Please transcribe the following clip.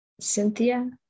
Cynthia